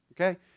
Okay